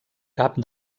cap